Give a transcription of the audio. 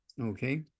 Okay